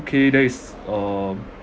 U_K there is a